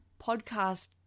podcast